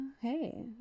Hey